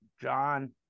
John